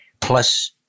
plus